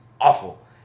awful